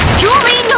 julie, no!